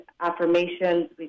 affirmations